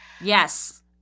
Yes